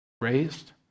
raised